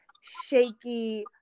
shaky